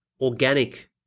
organic